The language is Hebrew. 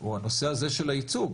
הוא הנושא הזה של הייצוג.